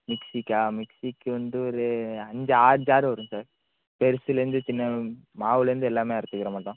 மிக்ஸிக்கா மிக்ஸிக்கு வந்து ஒரு அஞ்சு ஆறு ஜாரு வரும் சார் பெருசுலேருந்து சின்ன மாவுலேருந்து எல்லாமே அரைச்சிக்கிற மாட்டம்